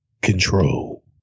Control